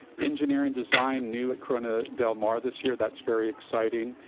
engineering design new at corona del mar this year. that's very exciting.